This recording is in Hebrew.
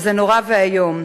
וזה נורא ואיום.